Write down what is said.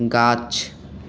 गाछ